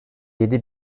yedi